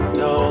no